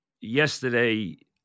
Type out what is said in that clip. yesterday